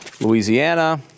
Louisiana